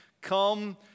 come